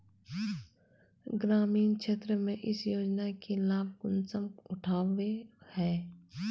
ग्रामीण क्षेत्र में इस योजना के लाभ कुंसम उठावे है?